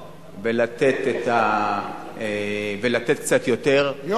ולתת קצת יותר, אפשר בחוק.